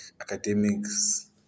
academics